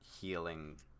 healing